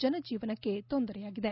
ಜನಜೀವನಕ್ಕೆ ತೊಂದರೆಯಾಗಿದೆ